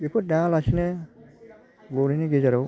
बेखौ दायालासिनो बर'नि गेजेराव